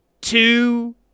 two